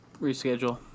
Reschedule